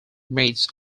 mates